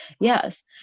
yes